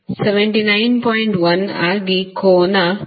1 ಆಗಿ ಕೋನ 28